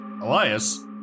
Elias